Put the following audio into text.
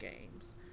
games